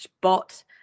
bot